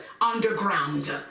underground